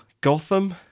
Gotham